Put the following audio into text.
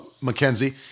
Mackenzie